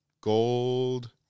gold